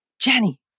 Jenny